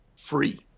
free